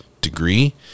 degree